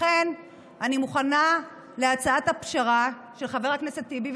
לכן אני מוכנה להצעת הפשרה של חבר הכנסת טיבי,